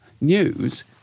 news